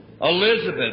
Elizabeth